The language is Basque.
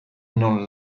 non